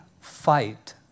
fight